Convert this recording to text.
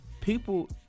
people